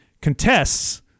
contests